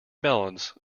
balance